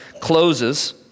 closes